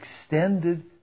extended